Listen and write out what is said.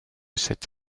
cette